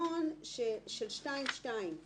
המנגנון של 2(2),